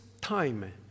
time